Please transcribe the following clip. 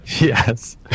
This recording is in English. Yes